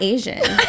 Asian